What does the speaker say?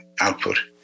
output